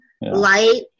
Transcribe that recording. light